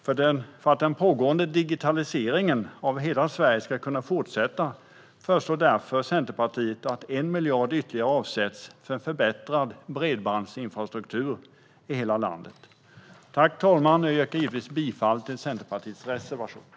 För att den pågående digitaliseringen av hela Sverige ska kunna fortsätta föreslår Centerpartiet därför att ytterligare 1 miljard avsätts för förbättrad bredbandsinfrastruktur i hela landet. Jag yrkar givetvis bifall till Centerpartiets reservation 2.